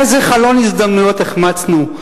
איזה חלון הזדמנויות החמצנו.